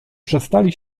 przestali